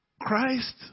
Christ